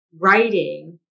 writing